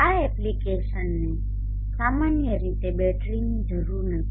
આ એપ્લિકેશનને સામાન્ય રીતે બેટરીની જરૂર નથી